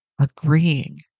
agreeing